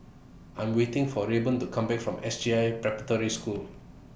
I'm waiting For Rayburn to Come Back from S J I Preparatory School